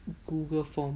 google form